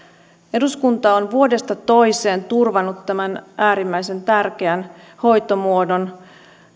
eduskunta on vuodesta toiseen turvannut tämän äärimmäisen tärkeän hoitomuodon